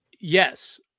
yes